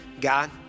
God